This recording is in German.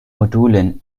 module